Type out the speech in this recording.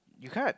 you can't